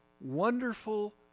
wonderful